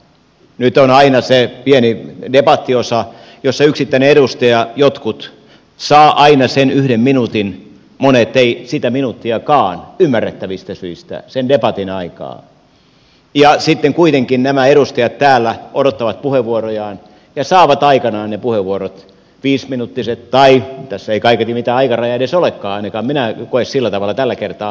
nyt on aina se pieni debattiosa jossa jotkut yksittäiset edustajat saavat aina sen yhden minuutin monet eivät sitä minuuttiakaan ymmärrettävistä syistä sen debatin aikaan ja sitten kuitenkin nämä edustajat täällä odottavat puheenvuorojaan ja saavat aikanaan ne puheenvuorot viisiminuuttiset tai tässä ei kaiketi mitään aikarajaa edes olekaan ainakaan minä en koe sillä tavalla tällä kertaa